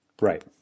right